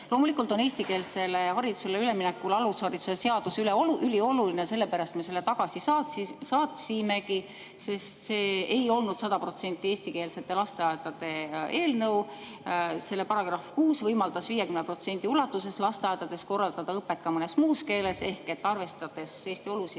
Loomulikult on eestikeelsele haridusele üleminekul alushariduse seadus ülioluline ja sellepärast me selle tagasi saatsimegi, sest see ei olnud 100% eestikeelsete lasteaedade eelnõu. Selle § 6 võimaldas 50% ulatuses korraldada lasteaedades õpet ka mõnes muus keeles ehk arvestades Eesti olusid,